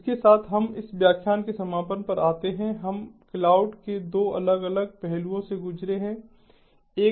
तो इसके साथ हम इस व्याख्यान के समापन पर आते हैं हम क्लाउड के 2 अलग अलग पहलुओं से गुजरे हैं